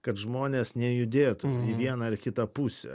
kad žmonės nejudėtų į vieną ar kitą pusę